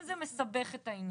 אם זה מסבך את העניין,